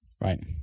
Right